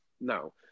no